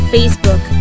Facebook